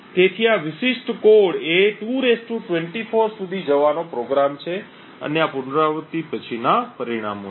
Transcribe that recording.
તેથી આ વિશિષ્ટ કોડ એ 2 24 સુધી જવાનો પ્રોગ્રામ છે અને આ પુનરાવૃત્તિ પછીનાં પરિણામો છે